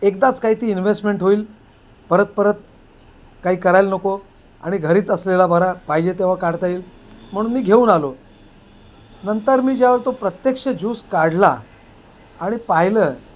एकदाच काही ती इनव्हेसमेंट होईल परत परत काही करायला नको आणि घरीच असलेला बरा पाहिजे तेव्हा काढता येईल म्हणून मी घेऊन आलो नंतर मी ज्यावेळी तो प्रत्यक्ष ज्यूस काढला आणि पाहिलं